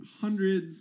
hundreds